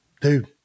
dude